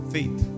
Faith